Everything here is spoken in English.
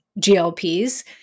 GLPs